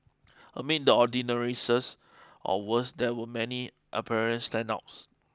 amid the ordinariness or worse there were many apparent standouts